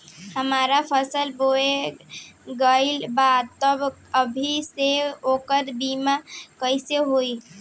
हमार फसल बोवा गएल बा तब अभी से ओकर बीमा कइसे होई?